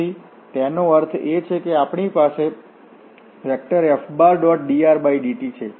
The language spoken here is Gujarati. તેથી તેનો અર્થ એ કે આપણી પાસે Fdrdt છે